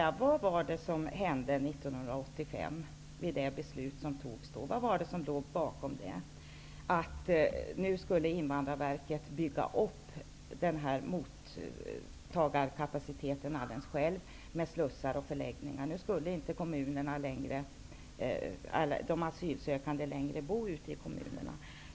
Jag undrar vad som låg bakom det beslut som fattades 1985 om att Invandrarverket skulle bygga upp en mottagarkapacitet med slussar och med förläggningar. De asylsökande skulle inte längre bo ute i kommunerna.